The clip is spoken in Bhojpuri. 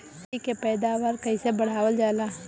माटी के पैदावार कईसे बढ़ावल जाला?